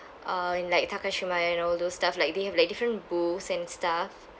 uh in like takashimaya and all those stuff like they have like different booths and stuff